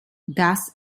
dass